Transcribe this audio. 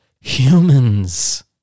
Humans